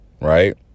Right